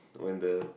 when the